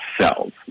cells